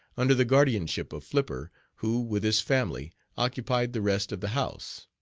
under the guardianship of flipper, who with his family occupied the rest of the house.